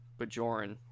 Bajoran